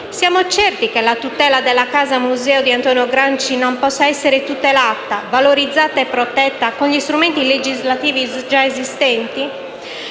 Siamo certi che la Casa Museo di Antonio Gramsci non possa essere tutelata, valorizzata e protetta con gli strumenti legislativi già esistenti?